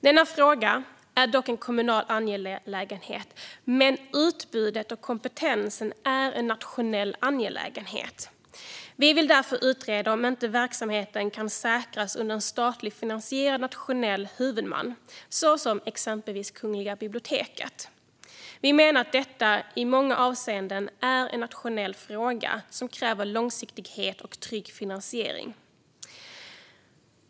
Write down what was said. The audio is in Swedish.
Denna fråga är en kommunal angelägenhet, men utbudet och kompetensen är en nationell angelägenhet. Vi vill därför utreda om inte verksamheten kan säkras under en statligt finansierad nationell huvudman, såsom Kungliga biblioteket. Vi menar att detta i många avseenden är en nationell fråga som kräver långsiktighet och trygg finansiering.